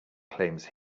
claims